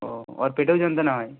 ও ওর পেটেও যন্ত্রণা হয়